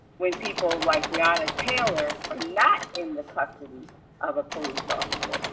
when people like breonna taylor, are not in the custody of a police officer.